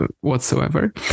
whatsoever